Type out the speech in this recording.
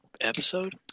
episode